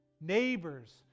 Neighbors